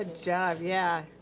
ah job, yeah.